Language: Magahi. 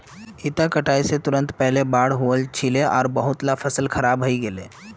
इता कटाई स तुरंत पहले बाढ़ वल छिले आर बहुतला फसल खराब हई गेले